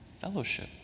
fellowship